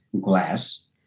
glass